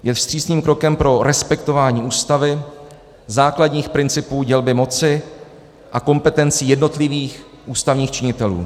Je vstřícným krokem pro respektování Ústavy, základních principů dělby moci a kompetencí jednotlivých ústavních činitelů.